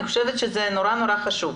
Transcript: אני חושבת שזה מאוד מאוד חשוב.